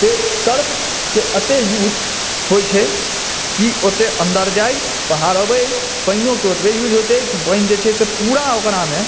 से surf के अते use होइ छै कि ओते अन्दर जाय बाहर अबै पानियो के ओतेबे यूज़ होइ छै जे पानि जे छै से पूरा ओकरा मे